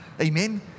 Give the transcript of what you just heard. Amen